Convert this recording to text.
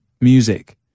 music